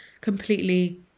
completely